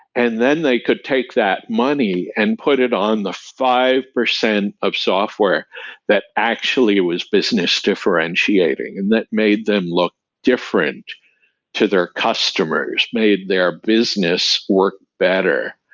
and then they could take that money and put it on the five percent of software that actually was business differentiating. and that made them look different to their customers. it made their business work better,